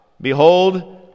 Behold